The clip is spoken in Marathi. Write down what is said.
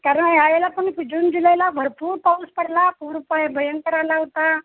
कारण यावेळेला पण जून जुलैला भरपूर पाऊस पडला पूर भयंकर आला होता